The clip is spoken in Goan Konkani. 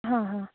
हां हां